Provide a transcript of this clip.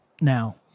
now